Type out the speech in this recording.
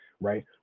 right